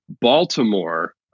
Baltimore